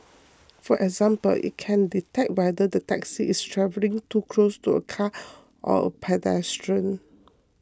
for example it can detect whether the taxi is travelling too close to a car or a pedestrian